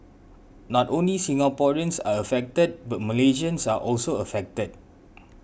not only Singaporeans are affected but Malaysians are also affected